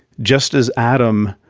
just as adam,